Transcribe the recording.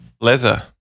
Leather